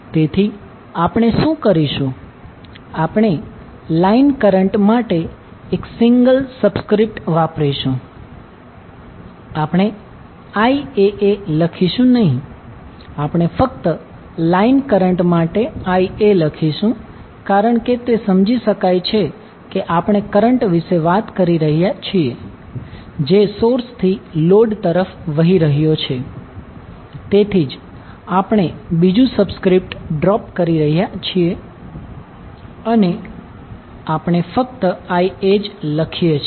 તેથી આપણે શું કરીશું આપણે લાઈન કરંટ માટે એક સિંગલ સબ્સ્ક્રિપ્ટ વાપરીશું આપણે Iaa લખીશું નહીં આપણે ફક્ત લાઈન કરંટ માટે Ia લખીશું કારણ કે તે સમજી શકાય છે કે આપણે કરંટ વિશે વાત કરી રહ્યા છીએ જે સોર્સથી લોડ તરફ વહી રહ્યો છે તેથી જ આપણે બીજું સબસ્ક્રિપ્ટ ડ્રોપ કરી રહ્યા છીએ અને આપણે ફક્ત Ia જ લખીએ છીએ